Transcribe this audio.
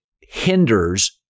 hinders